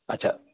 अच्छा